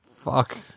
Fuck